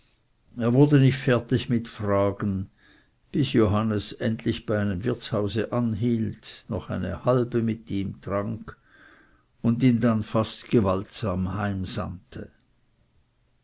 er wurde nicht fertig mit fragen bis johannes endlich bei einem wirtshause anhielt noch eine halbe mit ihm trank und ihn dann fast gewaltsam